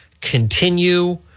continue